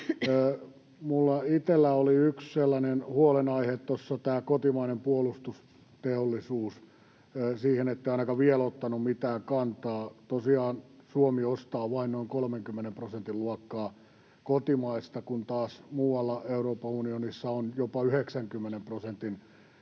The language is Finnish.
Minulla itselläni yksi huolenaihe oli tämä kotimainen puolustusteollisuus. Siihen ette ainakaan vielä ottanut mitään kantaa. Tosiaan Suomi ostaa vain noin 30 prosentin luokkaa kotimaista, kun taas muualla Euroopan unionissa on jopa 90 prosentin